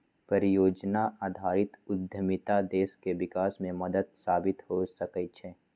परिजोजना आधारित उद्यमिता देश के विकास में मदद साबित हो सकइ छै